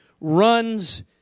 runs